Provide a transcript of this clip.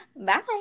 bye